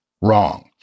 Wrong